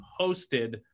hosted